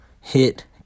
hit